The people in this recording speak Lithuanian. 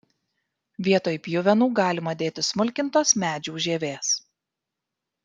vietoj pjuvenų galima dėti smulkintos medžių žievės